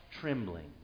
trembling